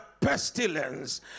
pestilence